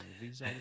movies